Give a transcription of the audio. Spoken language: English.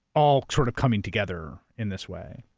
all sort of coming together in this way.